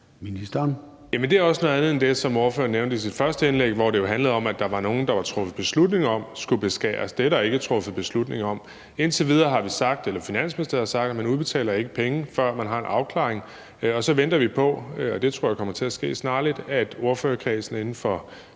det er også noget andet end det, ordføreren nævnte i sit første indlæg, hvor det jo handlede om, at der var truffet beslutning om, at nogen skulle beskæres. Det er der ikke truffet beslutning om. Indtil videre har Finansministeriet sagt, at man ikke udbetaler penge, før man har en afklaring. Så venter vi på, og det tror jeg kommer til at ske snarligt, at ordførerkredsen inden for